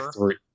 three